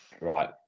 Right